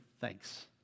thanks